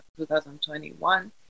2021